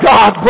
God